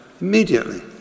Immediately